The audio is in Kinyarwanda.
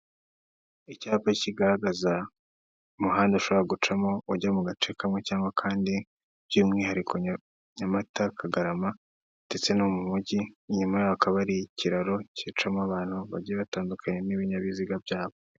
Icyapa kigaragaza umuhanda ushobora gucamo ujya mu gace kamwe cyangwa akandi by'umwihariko Nyamata Kagarama ndetse no mu mujyi, inyuma hakaba hari ikiraro gicamo abantu bagiye batandukanye n'ibinyabiziga byabo.